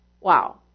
Wow